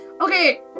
Okay